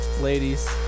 ladies